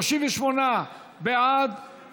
38 בעד,